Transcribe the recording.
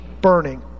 burning